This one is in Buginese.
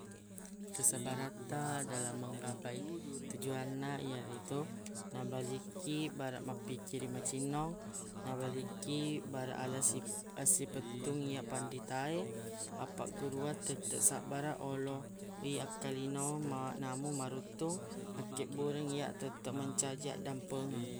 Kesabaratta dalam menggapai tujuanna yaritu nabalikki baraq mappikkiriq macinnong nawilikkiq baraq ala assi- assipettung yapanritae appagguruang tette sabbaraq olo ri akkalino ma- namo maruttung akkibbureng ya tette mancaji addampengeng